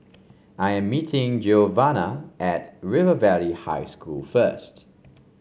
I am meeting Giovanna at River Valley High School first